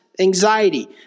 anxiety